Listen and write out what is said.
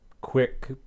quick